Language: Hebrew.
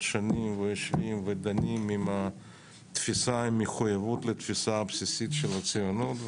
שונים ויושבים ודנים תוך מחויבות לתפיסה הבסיסית של הציונות.